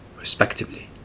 respectively